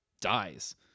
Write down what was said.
dies